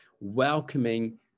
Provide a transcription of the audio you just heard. welcoming